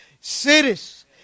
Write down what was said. cities